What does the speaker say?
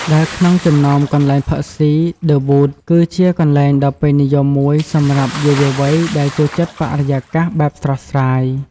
ដែលក្នុងចំណោមកន្លែងផឹកស៊ី ឌឹ វូត (The Wood) គឺជាកន្លែងដ៏ពេញនិយមមួយសម្រាប់យុវវ័យដែលចូលចិត្តបរិយាកាសបែបស្រស់ស្រាយ។